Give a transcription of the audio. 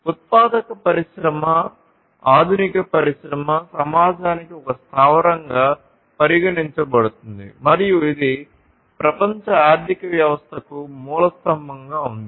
ఉత్పాదక పరిశ్రమ ఆధునిక పారిశ్రామిక సమాజానికి ఒక స్థావరంగా పరిగణించబడుతుంది మరియు ఇది ప్రపంచ ఆర్థిక వ్యవస్థకు మూలస్తంభంగా ఉంది